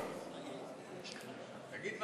תגיד,